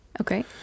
Okay